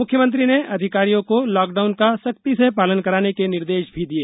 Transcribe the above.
मुख्यमंत्री ने अधिकारियों को लॉकडाउन का सख्ती से पालन कराने के निर्देश भी दिये